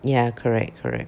ya correct correct